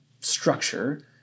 structure